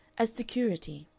as security.